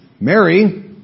Mary